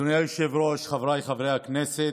אדוני היושב-ראש, חבריי חברי הכנסת,